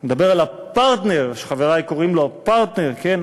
אני מדבר על ה"פרטנר", שחברי קוראים לו פרטנר, כן?